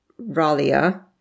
Ralia